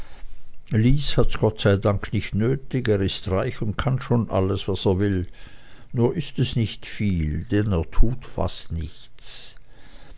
hat's gott sei dank nicht nötig er ist reich und kann schon alles was er will nur ist es nicht viel denn er tut fast nichts